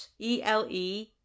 E-L-E